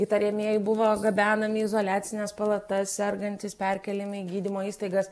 įtariamieji buvo gabenami į izoliacines palatas sergantys perkeliami į gydymo įstaigas